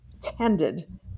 tended